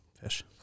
fish